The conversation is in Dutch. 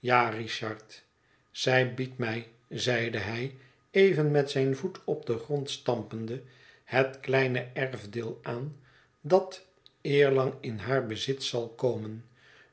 ja richard zij biedt mij zeide hij even met zijn voet op den grond stampende het kleine erfdeel aan dat eerlang in haar bezit zal komen